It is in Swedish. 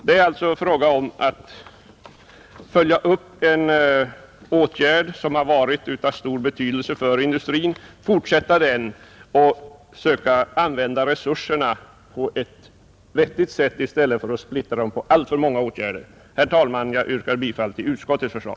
Det är alltså fråga om att följa upp en åtgärd som har varit av stor betydelse för industrin och försöka fortsätta att använda resurserna på ett vettigt sätt i stället för att splittra dem på alltför många åtgärder. Herr talman! Jag yrkar bifall till utskottets förslag.